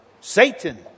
Satan